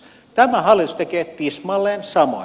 tämä hallitus tekee tismalleen samoin